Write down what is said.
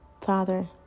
father